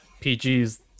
PG's